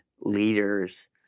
leaders